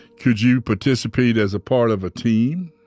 could you participate as a part of a team?